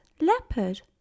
leopard